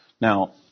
Now